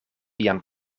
vian